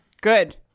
Good